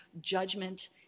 judgment